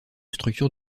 structure